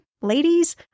ladies